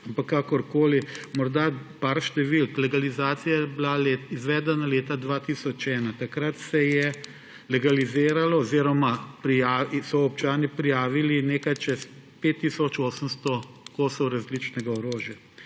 ampak kakorkoli. Morda nekaj številk. Legalizacija je bila izvedena leta 2001. Takrat se je legaliziralo oziroma so občani prijavili nekaj čez 5 tisoč 800 kosov različnega orožja.